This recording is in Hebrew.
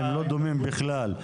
הם לא דומים בכלל.